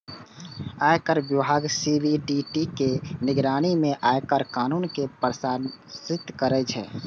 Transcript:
आयकर विभाग सी.बी.डी.टी के निगरानी मे आयकर कानून कें प्रशासित करै छै